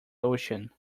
ocean